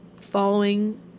following